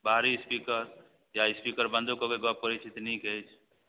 बाहरी इस्पीकर या इस्पीकर बन्दो कऽ के गप करै छै तऽ नीक अछि